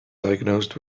diagnosed